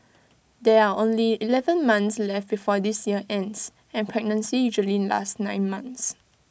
there are only Eleven months left before this year ends and pregnancy usually lasts nine months